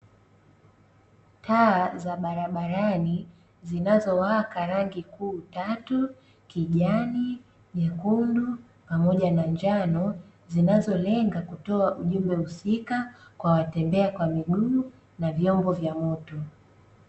Taa za barabarani zinazo waka rangi kuu tatu kijani, nyekundu pamoja na njano, zinazo lenga kutoa ujumbe husika kwa watembea kwa miguu na vyombo vya moto.